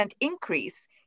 increase